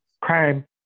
Crime